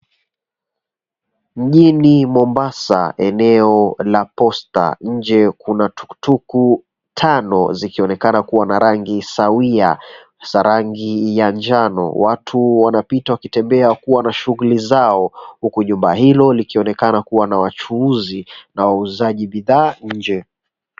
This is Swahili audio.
Mjini Mombasa eneo la Posta. Nje kuna tuktuk tano zikionekana kuwa na rangi sawia za rangi ya njano. Watu wanapita wakiwa na shughuli zao huku jumba hilo likionekana kuwa na wachuuzi na wauzaji bidhaa nje.